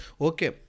okay